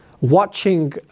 watching